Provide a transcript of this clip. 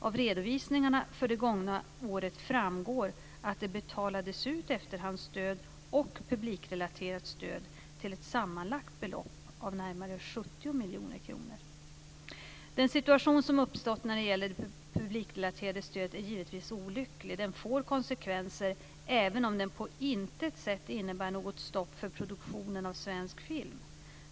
Av redovisningarna för det gångna året framgår att det betalades ut efterhandsstöd och publikrelaterat stöd till ett sammanlagt belopp av närmare 70 miljoner kronor. Den situation som uppstått när det gäller det publikrelaterade stödet är givetvis olycklig. Den får konsekvenser, även om den på intet sätt innebär något stopp för produktionen av svensk film.